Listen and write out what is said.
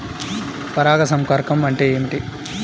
పరాగ సంపర్కం అంటే ఏమిటి?